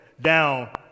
down